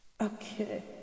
Okay